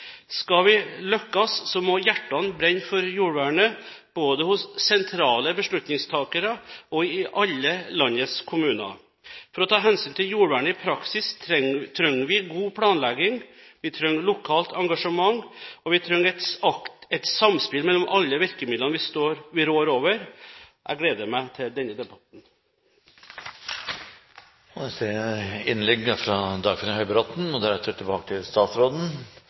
Skal vi lykkes, må hjertene brenne for jordvernet, både hos sentrale beslutningstakere og i alle landets kommuner. For å ta hensyn til jordvernet i praksis trenger vi god planlegging, vi trenger lokalt engasjement, og vi trenger et samspill mellom alle virkemidlene vi rår over. Jeg gleder meg til denne debatten. Takk til statsråden for svaret. Spørsmålet mitt var om regjeringen vil sette nye og